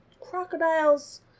Crocodiles